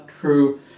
true